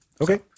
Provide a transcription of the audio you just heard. Okay